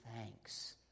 thanks